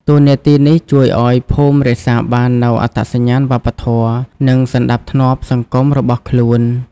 តួនាទីនេះជួយឲ្យភូមិរក្សាបាននូវអត្តសញ្ញាណវប្បធម៌ និងសណ្តាប់ធ្នាប់សង្គមរបស់ខ្លួន។